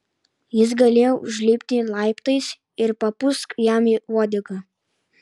jis galėjo užlipti laiptais ir papūsk jam į uodegą